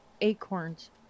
acorns